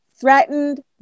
threatened